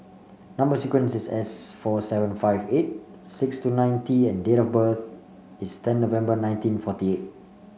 number sequence is S four seven five eight six two nine T and date of birth is ten November nineteen forty eight